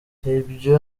ibyo